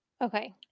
Okay